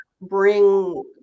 bring